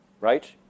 right